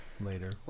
later